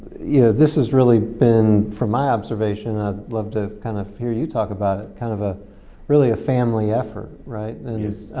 yeah this has really been, from my observation i'd love to kind of hear you talk about it kind of a really a family effort, right?